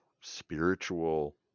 spiritual